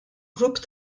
grupp